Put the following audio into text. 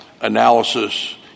analysis